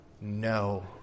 no